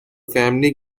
family